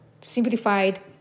simplified